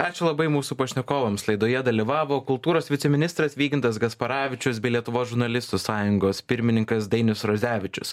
ačiū labai mūsų pašnekovams laidoje dalyvavo kultūros viceministras vygintas gasparavičius bei lietuvos žurnalistų sąjungos pirmininkas dainius radzevičius